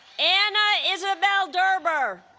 anna isabelle derber